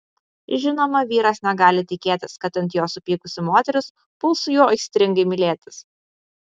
žinoma vyras negali tikėtis kad ant jo supykusi moteris puls su juo aistringai mylėtis